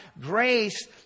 Grace